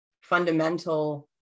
fundamental